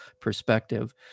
perspective